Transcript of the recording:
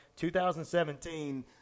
2017